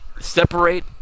separate